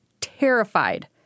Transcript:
terrified